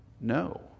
no